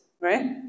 right